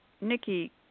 Nikki